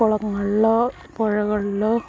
കുളങ്ങളിലോ പുഴകളിലോ